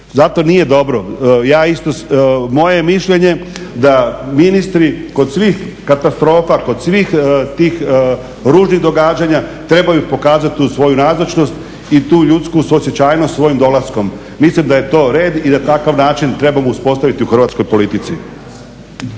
Zato nije dobro, ja isto, moje je mišljenje da ministri kod svih katastrofa, kod svih tih ružnih događanja trebaju pokazati tu svoju nazočnost i tu ljudsku suosjećajnost svojim dolaskom. Mislim da je to red i da takav način trebamo uspostaviti u hrvatskoj politici.